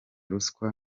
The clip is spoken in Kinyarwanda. ruswa